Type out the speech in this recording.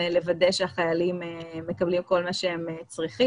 לוודא שהחיילים מקבלים כל מה שהם צריכים.